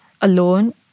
alone